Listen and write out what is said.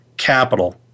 capital